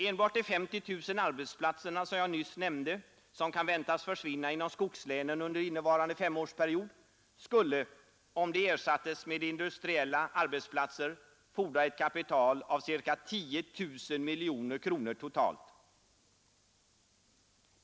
Enbart de 50 000 arbetsplatser som jag nyss nämnde, som kan väntas försvinna inom skogslänen under innevarande femårsperiod, skulle, om de ersattes med nya industriella arbetsplatser, fordra ett kapital av ca 10 000 miljoner kronor totalt.